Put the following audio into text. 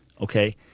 Okay